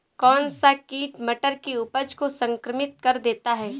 कौन सा कीट मटर की उपज को संक्रमित कर देता है?